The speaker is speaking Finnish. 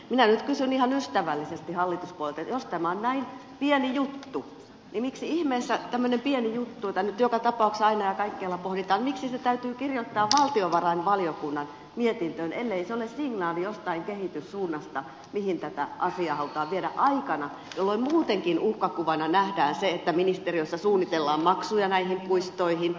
minä nyt kysyn ihan ystävällisesti hallituspuolueilta että jos tämä on näin pieni juttu niin miksi ihmeessä tämmöinen pieni juttu jota nyt joka tapauksessa aina ja kaikkialla pohditaan täytyy kirjoittaa valtiovarainvaliokunnan mietintöön ellei se ole signaali jostain kehityssuunnasta mihin tätä asiaa halutaan viedä aikana jolloin muutenkin uhkakuvana nähdään se että ministeriössä suunnitellaan maksuja näihin puistoihin